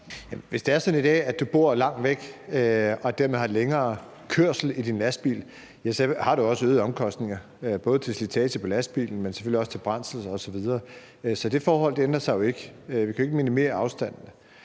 hvis det er sådan i dag, at du bor langt væk og dermed har længere kørsel i din lastbil, ja, så har du også øgede omkostninger, både i forhold til slitage på lastbilen, men selvfølgelig også til brændstof osv. Så det forhold ændrer sig ikke – vi kan jo ikke minimere afstanden.